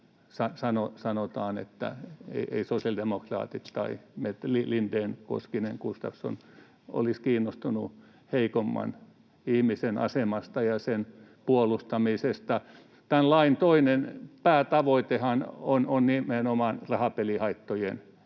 sanotaan, etteivät sosiaalidemokraatit tai Lindén, Koskinen, Gustafsson olisi kiinnostuneita heikomman ihmisen asemasta ja sen puolustamisesta. Tämän lain toinen päätavoitehan on nimenomaan rahapelihaittojen